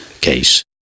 case